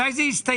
מתי זה יסתיים?